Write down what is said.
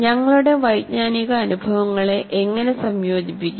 ഞങ്ങളുടെ വൈജ്ഞാനിക അനുഭവങ്ങളെ എങ്ങനെ സംയോജിപ്പിക്കും